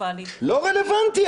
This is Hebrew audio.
קטסטרופלית --- לא רלוונטי.